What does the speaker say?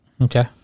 Okay